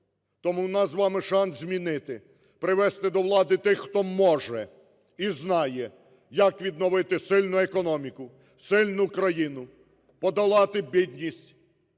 Тому у нас з вами шанс змінити, привести до влади тих, хто може і знає, як відновити сильну економіку, сильну країну, подолати бідність.